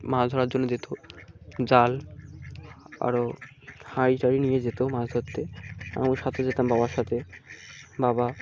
মাছ ধরার জন্য যেত জাল আরও হাঁড়ি টাড়ি নিয়ে যেত মাছ ধরতে আমি সাথে যেতাম বাবার সাথে বাবা